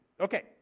Okay